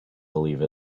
believe